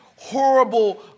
horrible